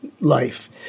life